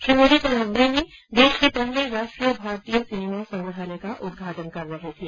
श्री मोदी कल मुम्बई में देश के पहले राष्ट्रीय भारतीय सिनेमा संग्रहालय का उद्घाटन कर रहे थे